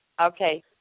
Okay